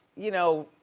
you know,